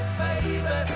baby